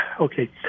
okay